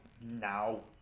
now